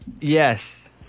Yes